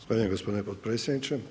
Zahvaljujem gospodine potpredsjedniče.